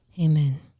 Amen